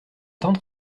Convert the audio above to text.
tante